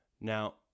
Now